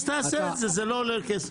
אז תעשה את זה, זה לא עולה כסף.